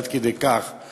עד כדי כך,